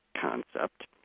concept